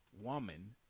woman